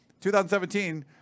2017